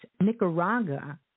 Nicaragua